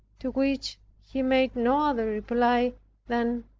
to which he made no other reply than,